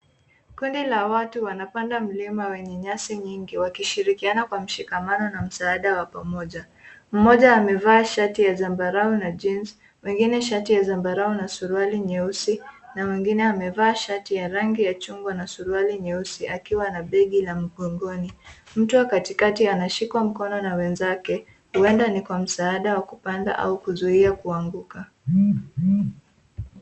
Kundi la watu wanapanda mlima wenye nyasi nyingi wakishirikiana kwa mshikamano na msaada wa pamoja. Mmoja amevaa shati ya zambarau na jeans , wengine shati ya zambarau na suruali nyeusi na mwengine amevaa shati ya rangi ya chungwa na suruali nyeusi, akiwa na begi la mgongoni. Mtu wa katikati anashikwa mkono na wenzake, huenda ni kwa msaada wa kupanda au kuzuia kuanguka.